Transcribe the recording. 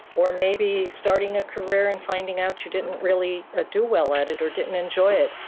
or maybe starting a career and finding out you didn't really ah do well at it or didn't enjoy it.